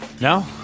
No